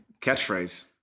Catchphrase